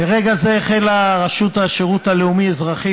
מרגע זה החלה רשות השירות הלאומי-אזרחי